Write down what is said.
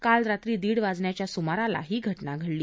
काल रात्री दीड वाजण्याच्या सुमाराला ही घटना घडली